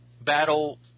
battle